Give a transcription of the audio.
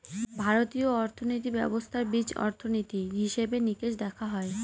ভারতীয় অর্থনীতি ব্যবস্থার বীজ অর্থনীতি, হিসেব নিকেশ দেখা হয়